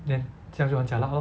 then 这样就很 jialat lor